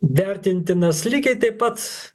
vertintinas lygiai taip pat